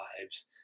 lives